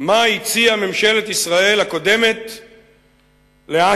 מה הציעה ממשלת ישראל הקודמת לאש"ף,